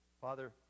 Father